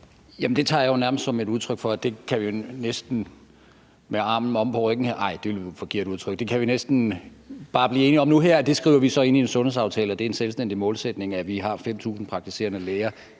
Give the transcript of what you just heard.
Det tager jeg nærmest som et udtryk for, at det kan vi bare næsten blive enige om her, og det skriver vi så ind i en sundhedsaftale, altså at det er en selvstændig målsætning, at vi har 5.000 praktiserende læger